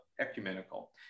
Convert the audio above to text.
ecumenical